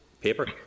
paper